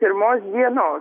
pirmos dienos